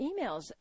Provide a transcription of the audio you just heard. emails